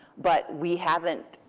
but we haven't,